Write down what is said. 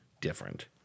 different